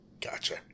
Gotcha